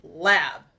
Lab